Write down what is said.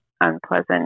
unpleasant